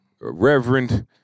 Reverend